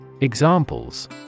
Examples